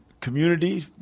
community